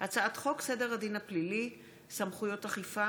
הצעת חוק סדר הדין הפלילי (סמכויות אכיפה,